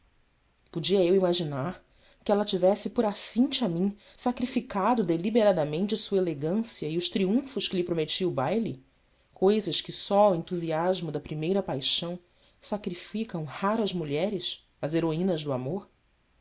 podia eu imaginar que ela tivesse por acinte a mim sacrificado deliberadamente sua elegância e os triunfos que lhe prometia o baile coisas que só ao entusiasmo da primeira paixão sacrificam raras mulheres as heroínas do amor